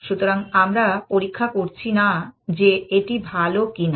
সুতরাং আমরা পরীক্ষা করছি না যে এটি ভাল কি না